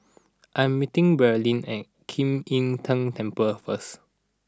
I'm meeting Braelyn at Kim Im Tng Temple first